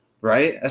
Right